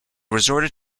resorted